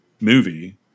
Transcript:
movie